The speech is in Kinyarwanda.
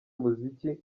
umuziki